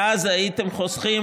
עצמו.